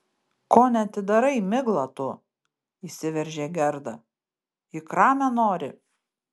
ko neatidarai migla tu įsiveržė gerda į kramę nori